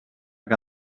que